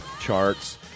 charts